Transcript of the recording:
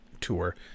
tour